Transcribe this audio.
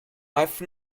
i’ve